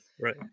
Right